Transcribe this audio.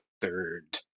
third